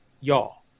y'all